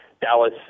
Dallas